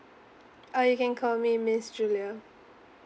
uh you can call me miss julia